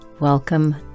Welcome